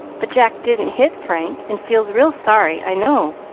but jack didn't hit frank, and feels real sorry, i know.